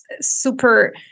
super